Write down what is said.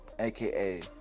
AKA